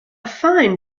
fine